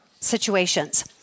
situations